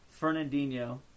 Fernandinho